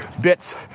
bits